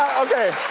okay,